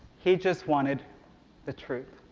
he just wanted the truth.